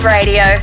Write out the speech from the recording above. Radio